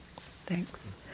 Thanks